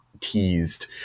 teased